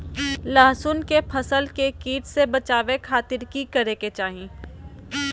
लहसुन के फसल के कीट से बचावे खातिर की करे के चाही?